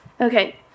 Okay